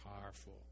powerful